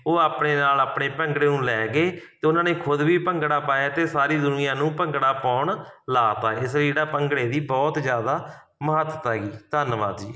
ਉਹ ਆਪਣੇ ਨਾਲ ਆਪਣੇ ਭੰਗੜੇ ਨੂੰ ਲੈ ਗਏ ਅਤੇ ਉਹਨਾਂ ਨੇ ਖੁਦ ਵੀ ਭੰਗੜਾ ਪਾਇਆ ਅਤੇ ਸਾਰੀ ਦੁਨੀਆਂ ਨੂੰ ਭੰਗੜਾ ਪਾਉਣ ਲਾ ਦਿੱਤਾ ਇਸ ਲਈ ਜਿਹੜਾ ਭੰਗੜੇ ਦੀ ਬਹੁਤ ਜ਼ਿਆਦਾ ਮਹੱਤਤਾ ਹੈਗੀ ਧੰਨਵਾਦ ਜੀ